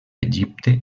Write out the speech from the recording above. egipte